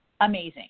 amazing